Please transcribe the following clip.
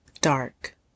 dark